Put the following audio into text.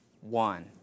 one